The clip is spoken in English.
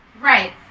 Right